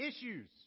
issues